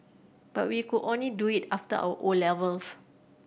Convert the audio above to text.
but we could only do it after our O levels